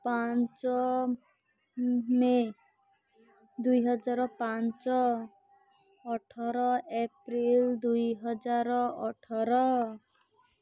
ପାଞ୍ଚ ମେ ଦୁଇହଜାର ପାଞ୍ଚ ଅଠର ଏପ୍ରିଲ ଦୁଇହଜାର ଅଠର